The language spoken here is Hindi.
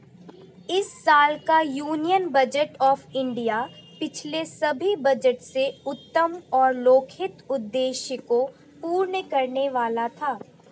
इस साल का यूनियन बजट ऑफ़ इंडिया पिछले सभी बजट से उत्तम और लोकहित उद्देश्य को पूर्ण करने वाला था